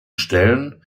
stellen